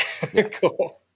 Cool